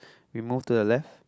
we move to the left